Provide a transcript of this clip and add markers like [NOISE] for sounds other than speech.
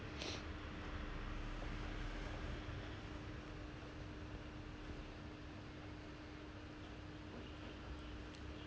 [NOISE]